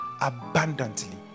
abundantly